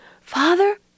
Father